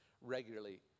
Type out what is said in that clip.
regularly